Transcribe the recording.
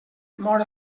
mor